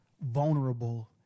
vulnerable